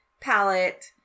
palette